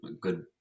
good